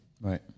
Right